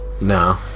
No